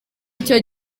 icyo